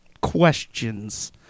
questions